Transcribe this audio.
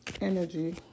energy